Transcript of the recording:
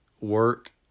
work